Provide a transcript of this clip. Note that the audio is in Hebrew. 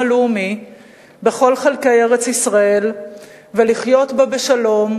הלאומי בכל חלקי ארץ-ישראל ולחיות בה בשלום,